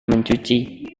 mencuci